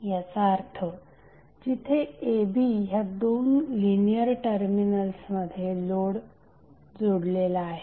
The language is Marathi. याचा अर्थ जिथे a b ह्या दोन लिनियर टर्मिनल्समध्ये लोड कनेक्ट केलेला आहे